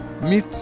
meet